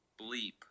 bleep